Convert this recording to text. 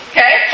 Okay